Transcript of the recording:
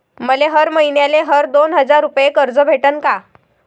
मले हर मईन्याले हर दोन हजार रुपये कर्ज भेटन का?